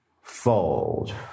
Fold